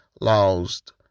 lost